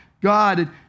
God